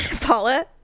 Paula